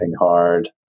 hard